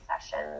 sessions